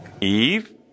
Eve